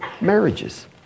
marriages